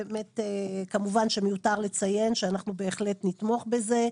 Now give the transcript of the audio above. כמובן שמיותר לציין שאנחנו בהחלט נתמוך בזה.